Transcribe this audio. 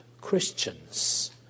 Christians